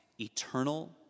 eternal